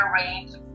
range